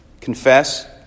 Confess